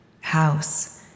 house